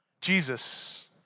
Jesus